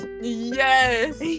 yes